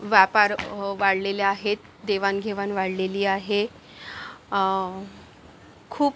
व्यापार वाढलेले आहेत देवाण घेवाण वाढलेली आहे खूप